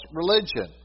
religion